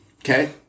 Okay